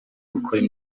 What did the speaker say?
gukora